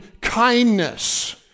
kindness